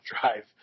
drive